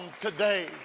today